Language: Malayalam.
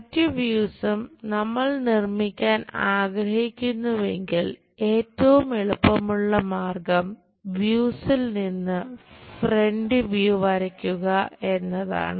മറ്റ് വ്യൂസും വരയ്ക്കുക എന്നതാണ്